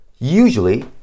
usually